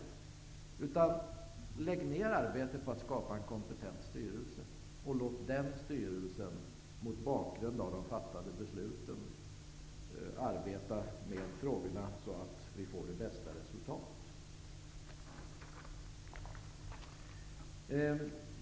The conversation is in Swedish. I stället skall man där lägga ned arbete på att skapa en kompetent styrelse och låta den styrelsen mot bakgrund av de fattade besluten arbeta med frågorna på ett sådant sätt att vi får det bästa resultatet.